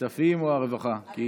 הכספים או הרווחה?